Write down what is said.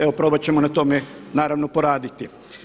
Evo probat ćemo na tome naravno poraditi.